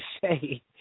say